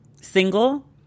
single